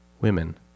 women